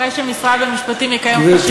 אחרי שמשרד המשפטים יקיים את הישיבה המחודשת.